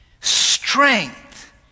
strength